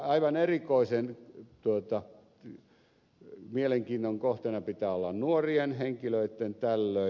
aivan erikoisen mielenkiinnon kohteena pitää olla nuorien henkilöitten tällöin